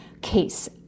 case